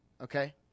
Okay